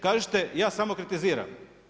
Kažete, ja samo kritiziram.